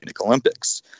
Olympics